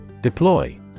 Deploy